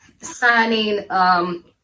signing